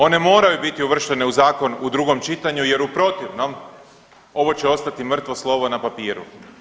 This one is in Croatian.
One moraju biti uvrštene u zakon u drugom čitanju jer u protivnom ovo će ostati mrtvo slovo na papiru.